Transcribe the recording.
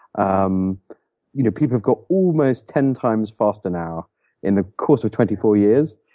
um you know people have got almost ten times faster now in the course of twenty four years,